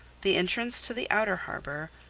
the entrance to the outer harbour,